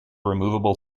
removable